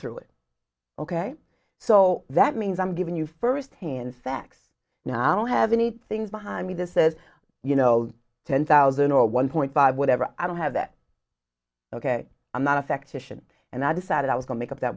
through it ok so that means i'm giving you first hand sex now i don't have any things behind me this is you know ten thousand or one point five whatever i don't have that ok i'm not affection and i decided i was going make up that